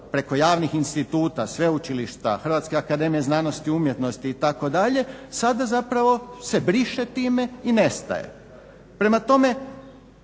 preko javnih instituta, sveučilišta, Hrvatske akademije znanosti i umjetnosti itd. sada zapravo se briše time i nestaje. Prema tome,